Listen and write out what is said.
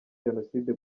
jenoside